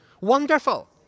Wonderful